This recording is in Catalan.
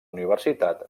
universitat